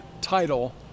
title